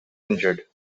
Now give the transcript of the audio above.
injured